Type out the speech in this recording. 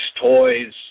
toys